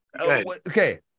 Okay